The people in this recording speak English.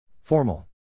Formal